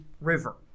river